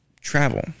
travel